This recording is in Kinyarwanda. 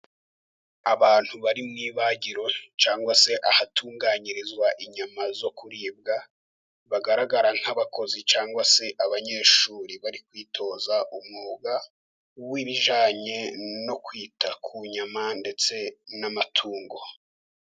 Abantu bari mu ibagiro cyangwa se ahatunganyirizwa inyama zo kuribwa, hagaragara nk'abakozi cyangwa se abanyeshuri, bari kwitoza umwuga w'ibijyanye no kwita ku nyama ndetse n'amatungo.